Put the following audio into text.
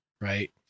Right